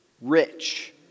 rich